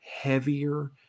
heavier